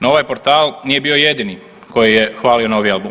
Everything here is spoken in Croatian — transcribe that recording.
No ovaj portal nije bio jedini koji je hvalio novi album.